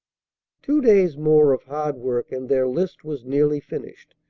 two days more of hard work, and their list was nearly finished.